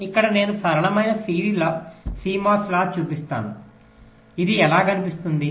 ఇక్కడ నేను సరళమైన CMOS లాచ్ చూపిస్తాను ఇది ఎలా కనిపిస్తుంది